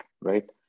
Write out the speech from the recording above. right